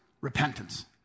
Repentance